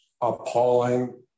appalling